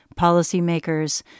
policymakers